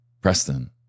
Preston